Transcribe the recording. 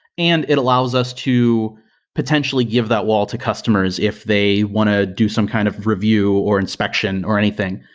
and it allows us to potentially give that wall to customers if they want to do some kind of review or inspection or anything.